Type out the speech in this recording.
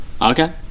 Okay